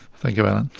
thank you, alan.